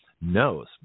knows